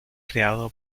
creado